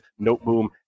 Noteboom